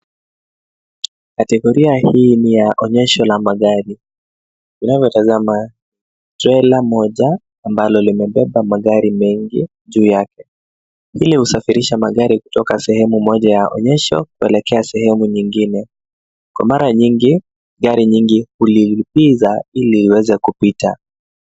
Kategoria hii ni ya onyesho la magari. Unavyotazama trela, ambalo limebeba magari mengi juu yake. Hili husafirisha magari mengi kutoka sehemu moja ya onyesho kuelekea sehemu nyingine. Kwa mara nyingi gari nyingi hulilipiza ili iweze kupita.